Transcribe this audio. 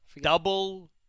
Double